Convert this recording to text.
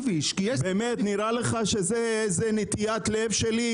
נראה לך שזאת נטיית לב שלי,